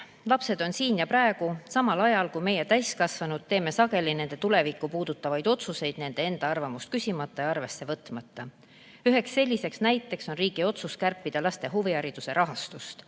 Lapsed on siin ja praegu, samal ajal kui meie, täiskasvanud, teeme sageli nende tulevikku puudutavaid otsuseid nende enda arvamust küsimata ja arvesse võtmata." Üheks näiteks on riigi otsus kärpida laste huvihariduse rahastust.